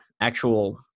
actual